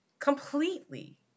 completely